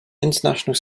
international